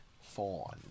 fawn